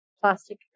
plastic